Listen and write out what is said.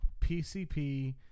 PCP